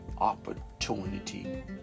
opportunity